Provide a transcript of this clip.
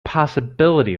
possibility